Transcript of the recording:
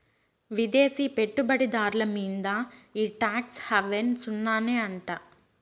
విదేశీ పెట్టుబడి దార్ల మీంద ఈ టాక్స్ హావెన్ సున్ననే అంట